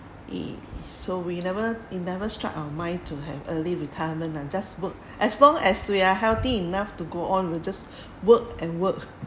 it so we never it never struck our mind to have early retirement uh just work as long as we are healthy enough to go on we'll just work and work